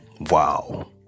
Wow